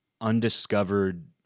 undiscovered